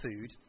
food